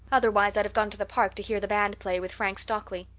otherwise i'd have gone to the park to hear the band play with frank stockley.